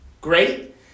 Great